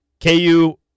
KU